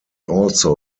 also